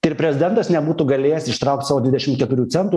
tai ir prezidentas nebūtų galėjęs ištraukt savo dvidešim keturių centų